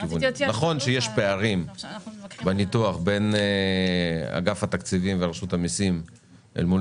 נכון שיש פערים בניתוח בין אגף התקציבים ורשות המסים אל מול